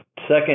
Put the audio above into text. second